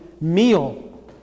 meal